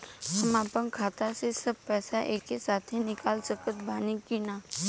हम आपन खाता से सब पैसा एके साथे निकाल सकत बानी की ना?